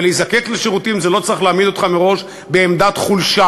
ולהיזקק לשירותים לא צריך להעמיד אותך מראש בעמדת חולשה.